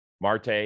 Marte